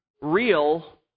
real